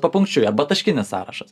papunkčiui arba taškinis sąrašas